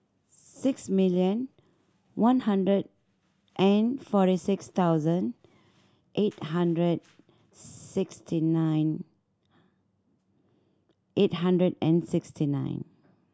six million one hundred and forty six thousand eight hundred sixty nine eight hundred and sixty nine